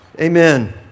Amen